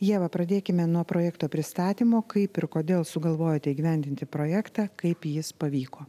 ieva pradėkime nuo projekto pristatymo kaip ir kodėl sugalvojote įgyvendinti projektą kaip jis pavyko